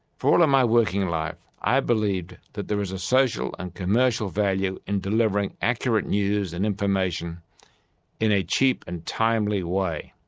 for all of my working life, i have believed that there is a social and commercial value in delivering accurate news and information in a cheap and timely way.